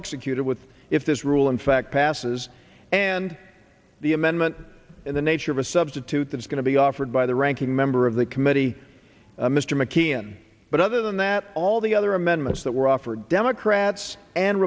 executed with if this rule in fact passes and the amendment in the nature of a substitute that's going to be offered by the ranking member of the committee mr mckeon but other than that all the other amendments that were offered democrats and